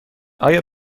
آیا